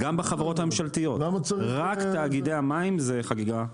גם בחברות הממשלתיות, רק תאגידי המים זה חגיגה.